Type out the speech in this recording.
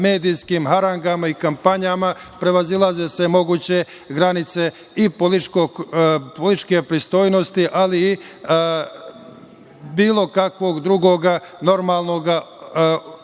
medijskim harangama i kampanjama prevazilaze sve moguće granice i političke pristojnosti, ali i bilo kakvog drugog normalnog